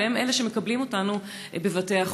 והם אלה שמקבלים אותנו בבתי-החולים.